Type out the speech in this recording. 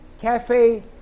Cafe